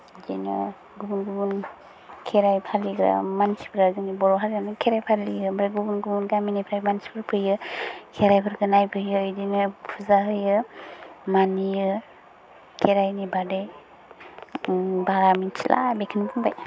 बिदिनो गुबुन गुबुन खेराइ फालिग्रा मानसिफ्रा जोंनि बर' हारियानो खेराइ फालियो ओमफ्राय गुबुन गुबुन गामिनिफ्राय मानसिफोर फैयो खेराइफोरखौ नायफैयो बिदिनो फुजा होयो मानियो खेराइनि बादै बारा मोनथिला बिदिनो बुंबाय